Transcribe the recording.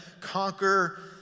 conquer